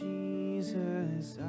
Jesus